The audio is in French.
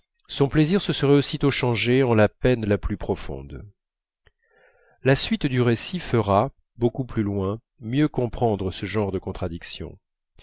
son plaisir se serait aussitôt changé en la peine la plus profonde la suite du récit fera beaucoup plus loin mieux comprendre ce genre de contradictions